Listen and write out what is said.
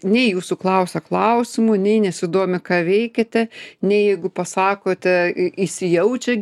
nei jūsų klausia klausimų nei nesidomi ką veikiate nei jeigu pasakote įsijaučia